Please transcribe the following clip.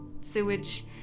sewage